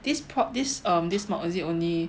this pro this um this mod is it only